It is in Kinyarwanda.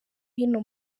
hino